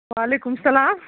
وعلیکُم السَلام